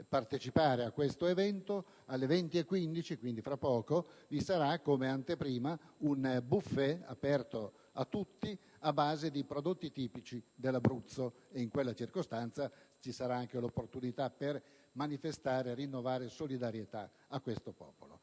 partecipare a questo evento è che alle ore 20,15 - quindi, tra poco - vi sarà, come anteprima, un *buffet* aperto a tutti, a base di prodotti tipici dell'Abruzzo. In tale occasione ci sarà anche l'opportunità di manifestare e di rinnovare solidarietà a quel popolo.